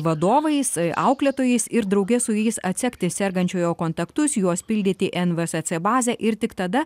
vadovais auklėtojais ir drauge su jais atsekti sergančiojo kontaktus juos pildyti nvsc bazę ir tik tada